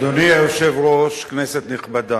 אדוני היושב-ראש, כנסת נכבדה,